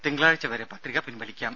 തിങ്കളാഴ്ച വരെ പത്രിക പിൻവലിക്കാം